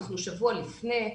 אנחנו שבוע לפני,